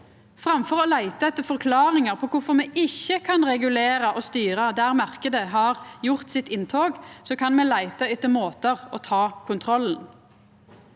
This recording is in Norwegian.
Framfor å leita etter forklaringar på kvifor me ikkje kan regulera og styra der marknaden har gjort sitt inntog, kan me leita etter måtar å ta kontrollen